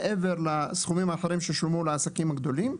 מעבר לסכומים האחרים ששולמו לעסקים הגדולים,